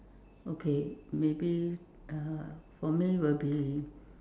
okay maybe uh for me will be